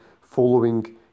following